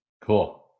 Cool